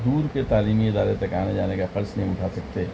دور کے تعلیمی ادارے تک آنے جانے کا خرچ نہیں اٹھا سکتے